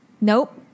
nope